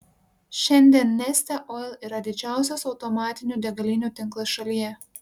šiandien neste oil yra didžiausias automatinių degalinių tinklas šalyje